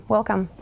Welcome